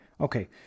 Okay